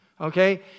okay